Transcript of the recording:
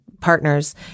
partners